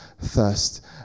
thirst